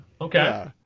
Okay